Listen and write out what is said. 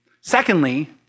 Secondly